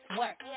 work